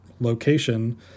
location